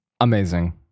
Amazing